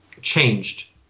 changed